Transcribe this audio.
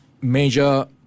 major